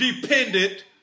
dependent